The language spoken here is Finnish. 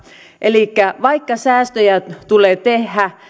elikkä vaikka säästöjä tulee tehdä